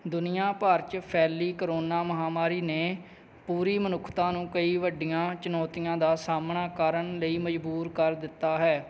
ਦੁਨੀਆ ਭਰ ਚ ਫੈਲੀ ਕਰੋਨਾ ਮਹਾਂਮਾਰੀ ਨੇ ਪੂਰੀ ਮਨੁੱਖਤਾ ਨੂੰ ਕਈ ਵੱਡੀਆਂ ਚੁਣੌਤੀਆਂ ਦਾ ਸਾਹਮਣਾ ਕਰਨ ਲਈ ਮਜ਼ਬੂਰ ਕਰ ਦਿੱਤਾ ਹੈ